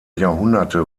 jahrhunderte